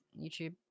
YouTube